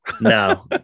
No